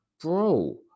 bro